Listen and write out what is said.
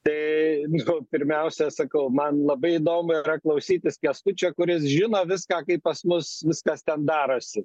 tai nu pirmiausia sakau man labai įdomu yra klausytis kęstučio kuris žino viską kaip pas mus viskas ten darosi